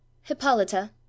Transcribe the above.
Hippolyta